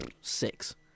six